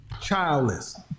Childless